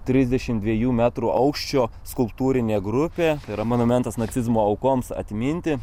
trisdešimt dviejų metrų aukščio skulptūrinė grupė yra monumentas nacizmo aukoms atminti